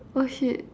oh shit